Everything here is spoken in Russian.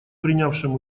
принявшим